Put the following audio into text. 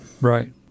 Right